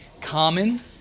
common